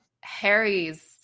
harry's